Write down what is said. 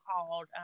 called